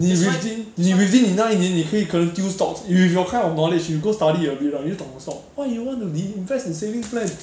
你 within 你 within 你那一年你可以可能丢 stocks if with your kind of knowledge you go study a bit ah 你就懂 about stock why you want 你 to invest in saving plan